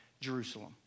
Jerusalem